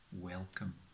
welcome